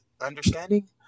understanding